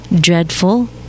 dreadful